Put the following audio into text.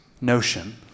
notion